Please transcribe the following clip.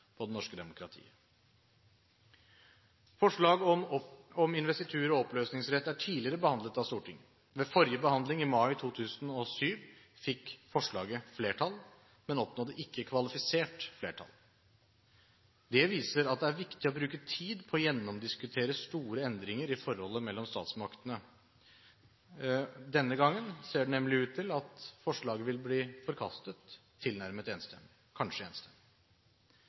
på det norske demokratiet. Forslag om investitur og oppløsningsrett er tidligere behandlet av Stortinget. Ved forrige behandling, i mai 2007, fikk forslaget flertall, men oppnådde ikke kvalifisert flertall. Det viser at det er viktig å bruke tid på å gjennomdiskutere store endringer i forholdet mellom statsmaktene, for denne gangen ser det nemlig ut til at forslaget vil bli forkastet – kanskje enstemmig.